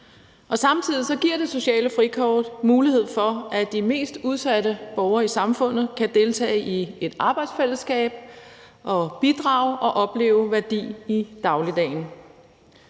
Samtidig giver det sociale frikort mulighed for, at de mest udsatte borgere i samfundet kan deltage i et arbejdsfællesskab og bidrage med noget og opleve værdi i dagligdagen.